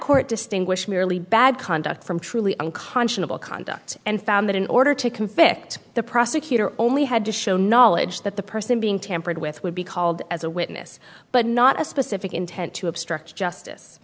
court distinguish merely bad conduct from truly unconscionable conduct and found that in order to convict the prosecutor only had to show knowledge that the person being tampered with would be called as a witness but not a specific intent to obstruct justice